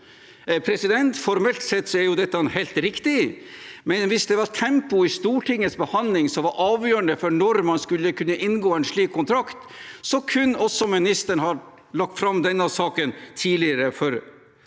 proposisjonen. Formelt sett er dette helt riktig, men hvis det var tempoet i Stortingets behandling som var avgjørende for når man skulle kunne inngå en slik kontrakt, kunne også ministeren ha lagt fram denne saken tidligere